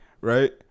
right